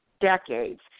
decades